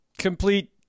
Complete